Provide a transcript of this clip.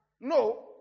No